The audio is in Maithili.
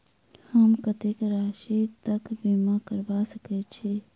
हम कत्तेक राशि तकक बीमा करबा सकै छी?